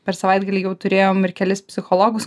per savaitgalį jau turėjom ir kelis psichologus